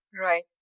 right